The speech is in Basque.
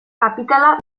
kapitala